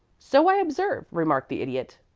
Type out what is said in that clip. so i observe, remarked the idiot.